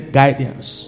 guidance